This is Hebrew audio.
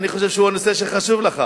אני חושב שהוא הנושא שחשוב לך.